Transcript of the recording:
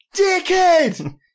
Dickhead